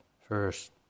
first